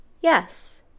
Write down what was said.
Yes